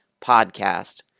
PODCAST